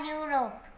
Europe